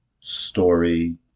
story